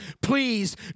please